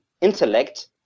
intellect